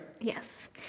Yes